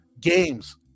games